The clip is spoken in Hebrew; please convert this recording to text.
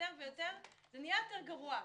זה נהיה יותר גרוע.